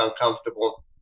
uncomfortable